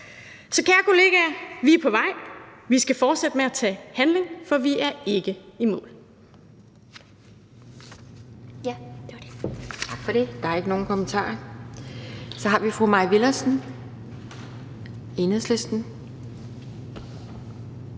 Så kære kollegaer, vi er på vej. Vi skal fortsætte med at tage handling, for vi er ikke i mål.